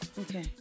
Okay